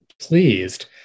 pleased